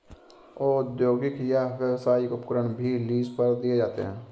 औद्योगिक या व्यावसायिक उपकरण भी लीज पर दिए जाते है